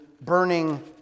burning